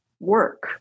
work